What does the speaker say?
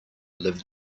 lived